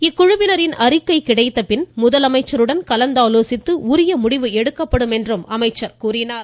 இக்குழுவினரின் அறிக்கை கிடைத்த பின் முதலமைச்சருடன் கலந்தாலோசித்து உரிய முடிவு எடுக்கப்படும் என்றும் அவர் கூறினார்